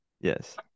yes